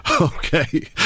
Okay